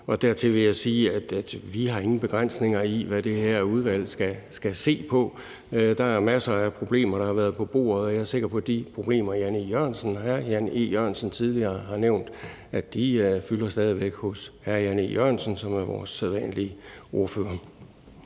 det vil jeg sige, at vi ingen begrænsninger har, i forhold til hvad det her udvalg skal se på. Der er masser af problemer, der har været på bordet, og jeg er sikker på, at de problemer, hr. Jan E. Jørgensen tidligere har nævnt, stadig væk fylder hos hr. Jan E. Jørgensen, som er vores sædvanlige ordfører.